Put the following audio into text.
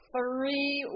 Three